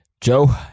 Joe